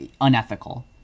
unethical